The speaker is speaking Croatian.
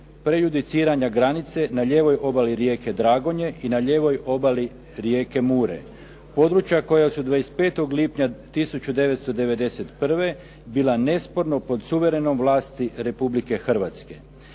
prejudiciranja granice na lijevoj obali rijeke Dragonje i na lijevoj obali rijeke Mure područja koja su 25. lipnja 1991. bila nesporno pod suverenom vlasti Republike Hrvatske